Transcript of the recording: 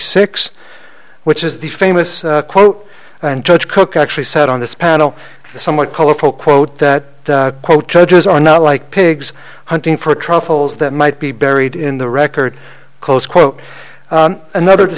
six which is the famous quote and judge cook actually said on this panel somewhat colorful quote that quote judges are not like pigs hunting for truffles that might be buried in the record close quote another t